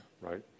right